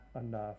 enough